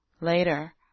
Later